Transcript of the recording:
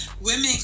women